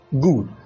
Good